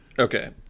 Okay